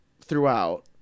throughout